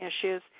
issues